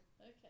Okay